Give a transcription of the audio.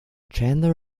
chandler